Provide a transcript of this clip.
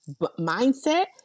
mindset